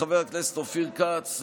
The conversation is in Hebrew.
חבר הכנסת אופיר כץ,